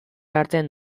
hartzen